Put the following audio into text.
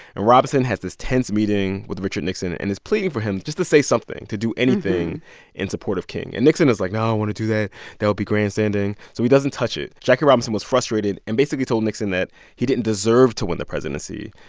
and robinson has this tense meeting with richard nixon and is pleading for him just to say something to do anything in support of king. and nixon is, like, no. i don't want to do that. that'll be grandstanding. so he doesn't touch it. jackie robinson was frustrated and basically told nixon that he didn't deserve to win the presidency,